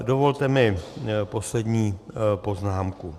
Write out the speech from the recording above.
Dovolte mi poslední poznámku.